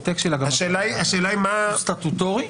--- סטטוטורי?